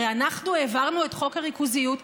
הרי אנחנו העברנו את חוק הריכוזיות,